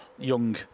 young